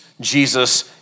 Jesus